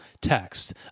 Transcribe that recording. text